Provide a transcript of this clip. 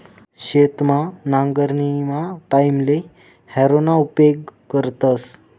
शेतमा नांगरणीना टाईमले हॅरोना उपेग करतस